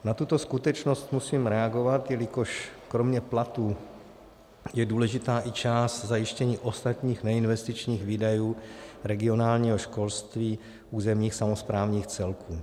Na tuto skutečnost musím reagovat, jelikož kromě platů je důležitá i část zajištění ostatních neinvestičních výdajů regionálního školství územních samosprávních celků.